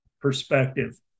perspective